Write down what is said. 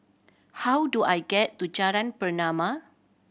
how do I get to Jalan Pernama